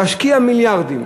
להשקיע מיליארדים,